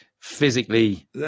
physically